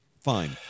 fine